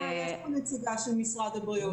סליחה, יש פה נציגה של משרד הבריאות.